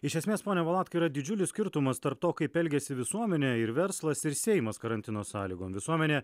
iš esmės pone valatka yra didžiulis skirtumas tarp to kaip elgiasi visuomenė ir verslas ir seimas karantino sąlygom visuomenė